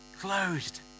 Closed